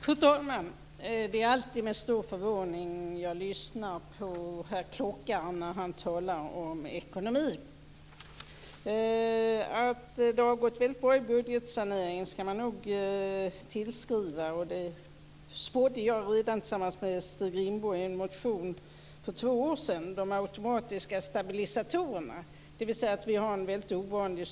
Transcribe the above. Fru talman! Det är alltid med stor förvåning jag lyssnar på herr Klockare när han talar om ekonomi. Att det har gått bra med budgetsaneringen skall man nog tillskriva - det sporde jag tillsammans med Stig Rindborg i en motion för två år sedan - de automatiska stabilisatorerna, dvs. att strukturen i Sverige är ovanlig.